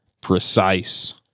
precise